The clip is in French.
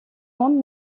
monde